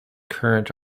current